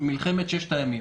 מלחמת ששת הימים